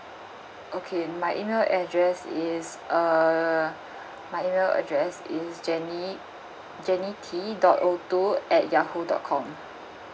okay my email address is uh my email address is jenny jenny T dot O two at yahoo dot com